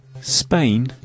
Spain